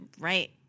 right